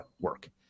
work